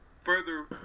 further